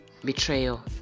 betrayal